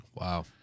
Wow